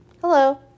Hello